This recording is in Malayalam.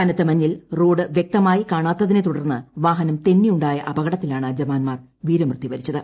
കനത്ത മഞ്ഞിൽ റോഡ് വൃക്തമായി കാണാത്തതിനെ തുടർന്ന് വാഹനം തെന്നിയുണ്ടായ അപകടത്തിലാണ് ജവാൻമാർ വീരമൃത്യു വരിച്ചത്